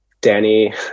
Danny